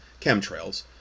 chemtrails